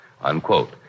Unquote